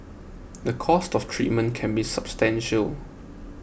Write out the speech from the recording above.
the cost of treatment can be substantial